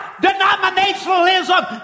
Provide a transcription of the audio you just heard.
denominationalism